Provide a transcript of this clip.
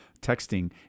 texting